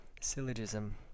Syllogism